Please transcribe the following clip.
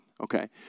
okay